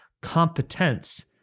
competence